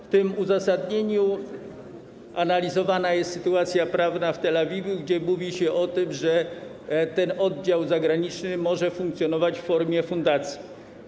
W tym uzasadnieniu analizowana jest sytuacja prawna w Tel Awiwie, gdzie mówi się o tym, że ten oddział zagraniczny może funkcjonować w formie fundacji.